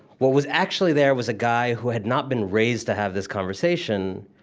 what was actually there was a guy who had not been raised to have this conversation,